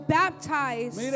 baptized